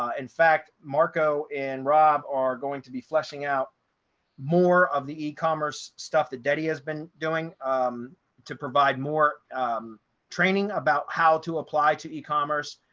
ah in fact, marco and rob are going to be fleshing out more of the e commerce stuff that daddy has been doing um to provide more training about how to apply to e commerce,